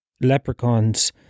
leprechauns